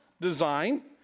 design